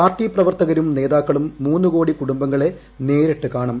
party പ്രവർത്തകരും നേതാക്കളും മൂന്നു കോടി കുടുംബങ്ങളെ നേരിട്ടു കാണും